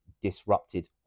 disrupted